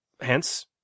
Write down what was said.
hence